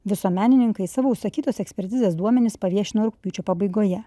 visuomenininkai savo užsakytus ekspertizės duomenis paviešino rugpjūčio pabaigoje